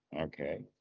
Okay